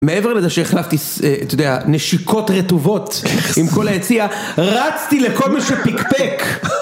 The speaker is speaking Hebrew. מעבר לזה שהחלפתי את, אתה יודע, נשיקות רטובות עם כל היציע, רצתי לכל מי שפיקפק.